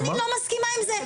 אני לא מסכימה עם זה,